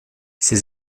ses